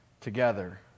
together